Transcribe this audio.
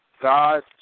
God